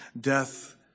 death